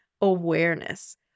Awareness